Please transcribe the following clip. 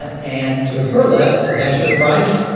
and to her left is asher price,